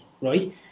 right